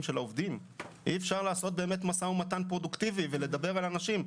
של העובדים אי אפשר לעשות באמת משא ומתן פרודוקטיבי ולדבר על אנשים,